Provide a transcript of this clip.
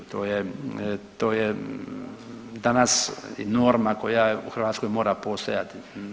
To je danas norma koja u Hrvatskoj mora postojati.